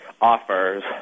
offers